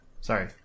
Sorry